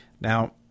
Now